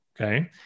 Okay